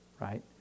right